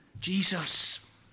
Jesus